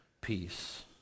peace